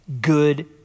good